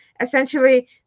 essentially